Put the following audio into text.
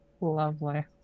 lovely